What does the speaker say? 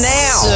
now